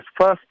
first